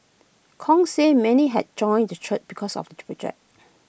Kong said many had joined the church because of the project